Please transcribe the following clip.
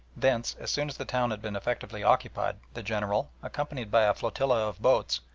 thence as soon as the town had been effectively occupied the general, accompanied by a flotilla of boats,